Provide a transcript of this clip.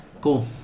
Cool